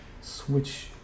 switch